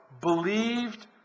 believed